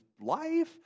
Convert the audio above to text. life